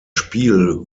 spiel